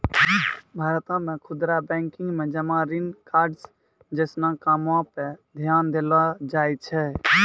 भारतो मे खुदरा बैंकिंग मे जमा ऋण कार्ड्स जैसनो कामो पे ध्यान देलो जाय छै